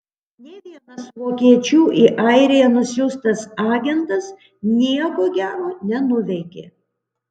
nė vienas vokiečių į airiją nusiųstas agentas nieko gero nenuveikė